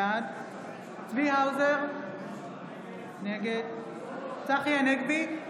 בעד צבי האוזר, נגד צחי הנגבי,